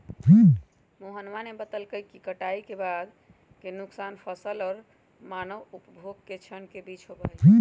मोहनवा ने बतल कई कि कटाई के बाद के नुकसान फसल और मानव उपभोग के क्षण के बीच होबा हई